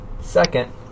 Second